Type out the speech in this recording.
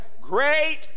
great